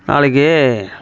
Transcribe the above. நாளைக்கு